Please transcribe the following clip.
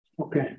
Okay